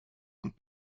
und